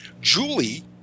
Julie